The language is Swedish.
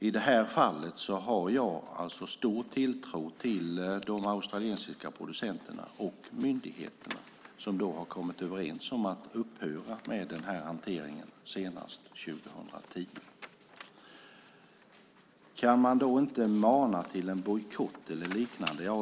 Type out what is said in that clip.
I det här fallet har jag alltså stor tilltro till de australiska producenterna och myndigheterna som har kommit överens om att upphöra med den här hanteringen senast 2010. Kan man då inte mana till en bojkott eller liknande?